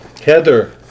Heather